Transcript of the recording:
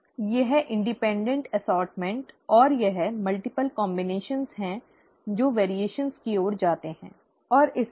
यह स्वतंत्र वर्गीकरण और यह कई संयोजन हैं जो भिन्नता की ओर जाते हैं ठीक है